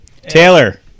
Taylor